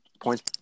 points